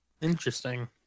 Interesting